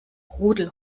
rudel